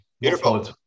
Beautiful